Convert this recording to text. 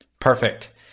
Perfect